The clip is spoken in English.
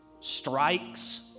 strikes